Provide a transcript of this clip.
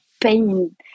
pain